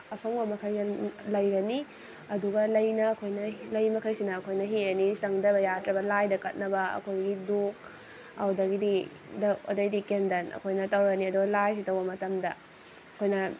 ꯑꯐꯪꯕ ꯃꯈꯩꯅ ꯂꯩꯔꯅꯤ ꯑꯗꯨꯒ ꯂꯩꯅ ꯑꯩꯈꯣꯏꯅ ꯂꯩ ꯃꯈꯩꯁꯤꯅ ꯑꯩꯈꯣꯏꯅ ꯍꯦꯛꯑꯅꯤ ꯆꯪꯗ꯭ꯔꯕ ꯌꯥꯗ꯭ꯔꯕ ꯂꯥꯏꯗ ꯀꯠꯅꯕ ꯑꯩꯈꯣꯏꯒꯤ ꯙꯨꯞ ꯑꯗꯨꯗꯒꯤꯗꯤ ꯙꯨꯞ ꯑꯗꯩꯗꯤ ꯀꯦꯟꯗꯟ ꯑꯩꯈꯣꯏꯅ ꯇꯧꯔꯅꯤ ꯑꯗꯣ ꯂꯥꯏꯁꯤ ꯇꯧꯕ ꯃꯇꯝꯗ ꯑꯩꯈꯣꯏꯅ